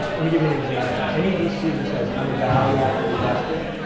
me give you an example. any vc who says i'm a value-added investor,